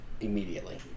immediately